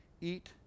eat